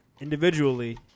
individually